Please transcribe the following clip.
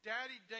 Daddy